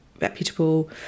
reputable